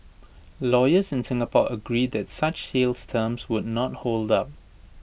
lawyers in Singapore agree that such sales terms would not hold up